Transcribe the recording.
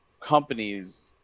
companies